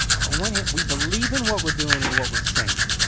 on one hand, we believe in what we're doing and what we're saying.